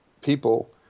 people